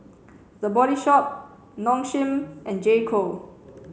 the Body Shop Nong Shim and J Co